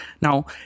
Now